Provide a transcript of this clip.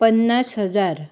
पन्नास हजार